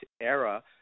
era